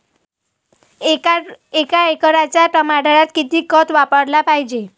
एका एकराच्या टमाटरात किती खत वापराले पायजे?